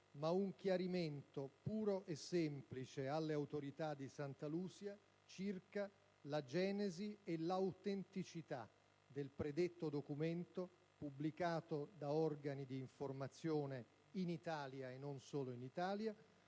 ma un chiarimento puro e semplice alle autorità di Santa Lucia circa la genesi e l'autenticità del predetto documento, pubblicato da organi di informazione in Italia, e non solo in Italia,